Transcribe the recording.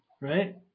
Right